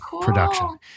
production